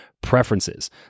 preferences